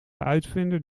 uitvinder